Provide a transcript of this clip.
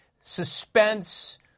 suspense